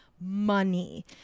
money